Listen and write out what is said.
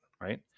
Right